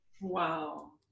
wow